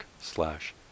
slash